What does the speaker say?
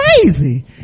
crazy